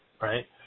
right